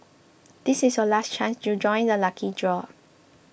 this is your last chance to join the lucky draw